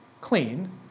clean